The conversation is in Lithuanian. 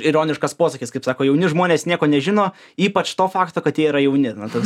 ironiškas posakis kaip sako jauni žmonės nieko nežino ypač to fakto kad jie yra jauni na tas